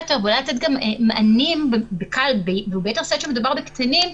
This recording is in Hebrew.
יותר ואולי לתת גם מענים --- וביתר שאת כשמדובר בקטינים,